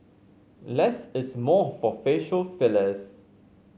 less is more for facial fillers